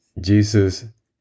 Jesus